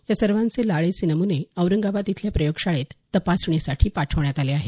या सर्वांचे लाळेचे नमूने औरंगाबाद इथल्या प्रयोगशाळेत तपासणीसाठी पाठवण्यात आले आहेत